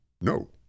no